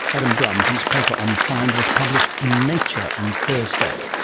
adam brumm, whose paper on the find was published in nature on thursday.